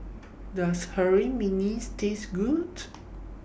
Does Harum Manis Taste Good